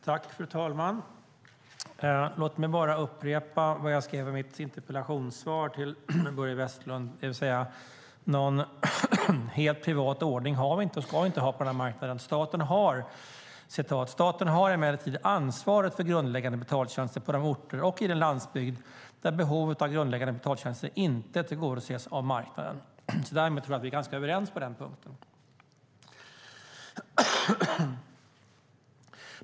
Fru talman! Låt mig upprepa vad jag skrev i mitt interpellationssvar till Börje Vestlund. Någon helt privat ordning har vi inte och ska inte ha på denna marknad. Jag citerar: "Staten har emellertid ansvaret för grundläggande betaltjänster på de orter och i den landsbygd där behovet av grundläggande betaltjänster inte tillgodoses av marknaden." Därmed tror jag att vi är ganska överens på den punkten.